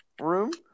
room